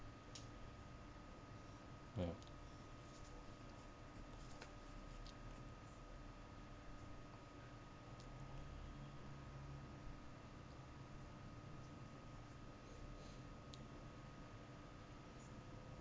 yup